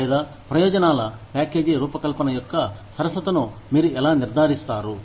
లేదా ప్రయోజనాల ప్యాకేజీ రూపకల్పన యొక్క సరసతను మీరు ఎలా నిర్ధారిస్తారు